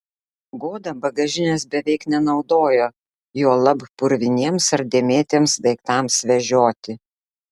goda bagažinės beveik nenaudojo juolab purviniems ar dėmėtiems daiktams vežioti